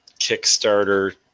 Kickstarter